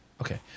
okay